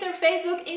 and facebook,